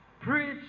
Preach